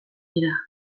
dira